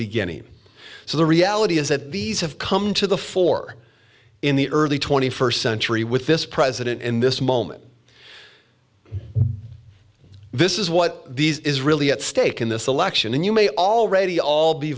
beginning so the reality is that these have come to the fore in the early twenty first century with this president and this moment this is what these is really at stake in this election and you may already